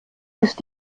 ist